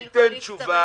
הוא ייתן תשובה,